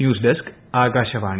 news desk Akashvani